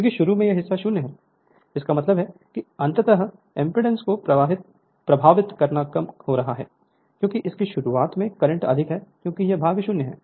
क्योंकि शुरू में यह हिस्सा 0 है इसका मतलब है कि अंततः एमपीडांस को प्रभावित करना कम हो रहा है क्योंकि इसकी शुरुआत में करंट अधिक है क्योंकि यह भाग 0 है